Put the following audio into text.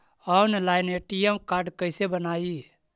Online ATM card कैसे बनाई?